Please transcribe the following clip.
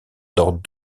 dans